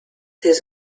his